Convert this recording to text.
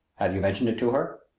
have you mentioned it to her?